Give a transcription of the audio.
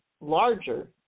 larger